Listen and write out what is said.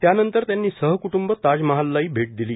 त्यानंतर त्यांनी सहक्टूंब ताजमहाललाही भेट दिली